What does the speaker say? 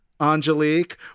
Angelique